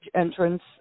entrance